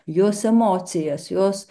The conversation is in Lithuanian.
jos emocijas jos